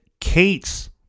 Kate's